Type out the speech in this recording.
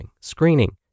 screening